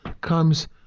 comes